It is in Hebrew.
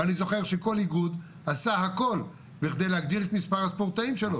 ואני זוכר שכל איגוד עשה הכל כדי להגדיל את מספר הספורטאים שלו.